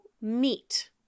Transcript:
meet